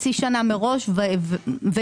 חצי שנה מראש ויותר,